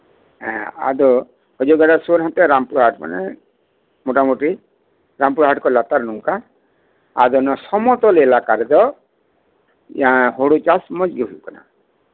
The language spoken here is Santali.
ᱦᱮᱸ ᱟᱫᱚ ᱚᱡᱚᱭ ᱜᱟᱰᱟ ᱥᱩᱨ ᱦᱟᱱᱛᱮ ᱨᱟᱢᱯᱩᱨᱦᱟᱴ ᱢᱮᱱᱟᱜᱼᱟ ᱢᱳᱴᱟᱢᱩᱴᱤ ᱨᱟᱢᱯᱩᱨ ᱦᱟᱴ ᱠᱷᱚᱱ ᱞᱟᱛᱟᱨ ᱱᱚᱝᱠᱟ ᱟᱫᱚ ᱥᱚᱢᱚᱛᱚᱞ ᱮᱞᱟᱠᱟ ᱨᱮᱫᱚ ᱦᱩᱲᱩ ᱪᱟᱥ ᱢᱚᱸᱡᱽ ᱜᱮ ᱦᱩᱭ ᱠᱟᱱᱟ